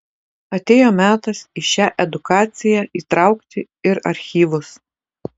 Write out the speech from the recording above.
atėjo metas į šią edukaciją įtraukti ir archyvus